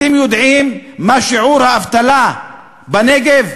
אתם יודעים מה שיעור האבטלה בנגב?